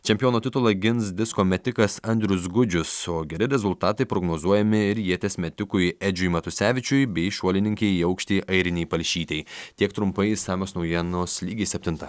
čempiono titulą gins disko metikas andrius gudžius o geri rezultatai prognozuojami ir ieties metikui edžiui matusevičiui bei šuolininkei į aukštį airinei palšytei tiek trumpai išsamios naujienos lygiai septintą